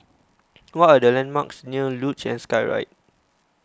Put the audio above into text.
what are the landmarks near Luge and Skyride